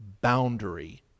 boundary